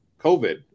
COVID